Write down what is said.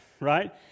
right